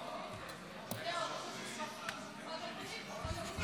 בדרך, אוטובוסים של מפגינים.